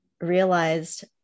realized